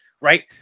right